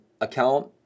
account